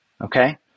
okay